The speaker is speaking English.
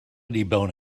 debone